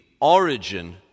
origin